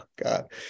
God